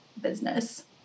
business